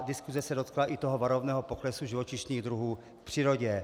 Diskuse se dotkla i varovného poklesu živočišných druhů v přírodě.